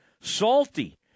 salty